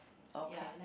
okay